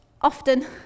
often